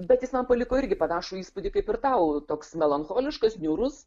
bet jis man paliko irgi panašų įspūdį kaip ir tau toks melancholiškas niūrus